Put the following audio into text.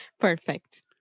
Perfect